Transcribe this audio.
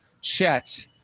Chet